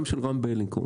גם של רם בלינקוב,